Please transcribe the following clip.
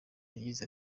yagize